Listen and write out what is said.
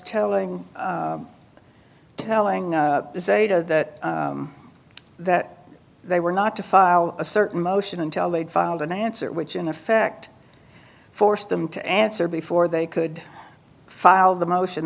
telling telling that that they were not to file a certain motion until they filed an answer which in effect forced them to answer before they could file the motion